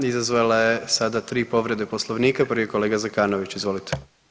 Izazvala je sada 3 povrede Poslovnika, prvi je kolega Zekanović, izvolite.